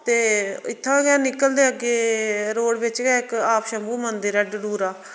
ते इत्थां गै निकलदे अग्गे रोड बिच के इक शम्भू मंदिर ऐ डडुरा